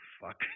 fuck